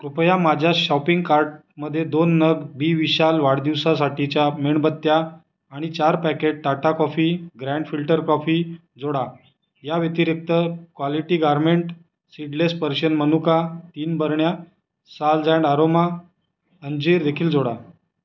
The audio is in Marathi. कृपया माझ्या शॉपिंग कार्टमध्ये दोन नग बी विशाल वाढदिवसासाठीच्या मेणबत्त्या आणि चार packet Tata coffee grand filter coffee जोडा या व्यतिरिक्त क्वालिटी गारमेंट सीडलेस पर्शियन मनुका तीन बरण्या साल्ज अँड आरोमा अंजीर देखील जोडा